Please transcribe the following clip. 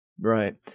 Right